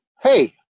hey